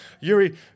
Yuri